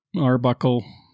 Arbuckle